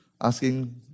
asking